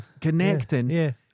connecting